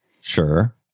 Sure